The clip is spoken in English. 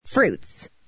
Fruits